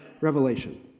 Revelation